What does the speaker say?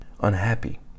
unhappy